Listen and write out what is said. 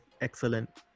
excellent